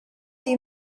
you